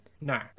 No